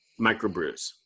microbrews